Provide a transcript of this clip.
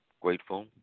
grateful